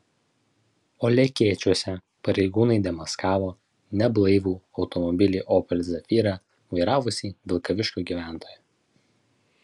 o lekėčiuose pareigūnai demaskavo neblaivų automobilį opel zafira vairavusį vilkaviškio gyventoją